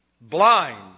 blind